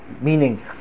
Meaning